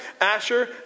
Asher